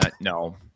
no